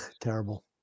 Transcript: terrible